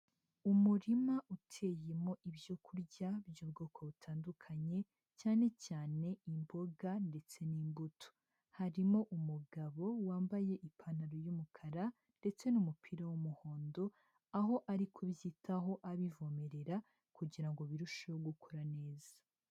Umurima uteyemo ibyokurya, by'ubwoko butandukanye. Cyane cyane imboga, ndetse n'imbuto. Harimo umugabo, wambaye ipantaro yumukara, ndetse n'umupira w'umuhondo. Aho ari kubyitaho abivomerera, kugira ngo birusheho gukora neza.